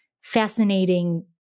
fascinating